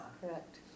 Correct